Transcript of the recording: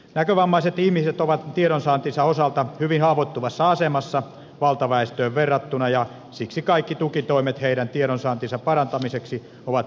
näkövammaiset ihmiset ovat tiedonsaantinsa osalta hyvin haavoittuvassa asemassa valtaväestöön verrattuna ja siksi kaikki tukitoimet heidän tiedonsaantinsa parantamiseksi ovat perusteltuja